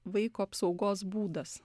vaiko apsaugos būdas